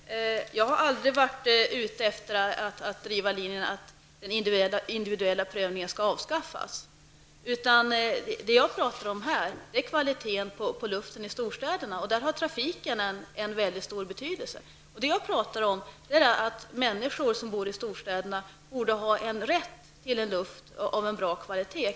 Herr talman! Jag har aldrig varit ute efter att driva linjen att den individuella prövningen skall avskaffas. Det som jag talar om i detta sammanhang är kvaliteten på luften i storstäderna, och där har trafiken en mycket stor betydelse. Det som jag talar om är att människor som bor i storstäderna borde ha rätt till luft av bra kvalitet.